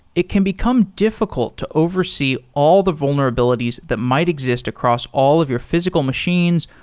it can become difficult to oversee all the vulnerabilities that might exist across all of your physical machines,